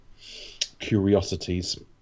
curiosities